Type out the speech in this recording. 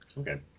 Okay